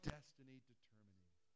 Destiny-determining